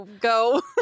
go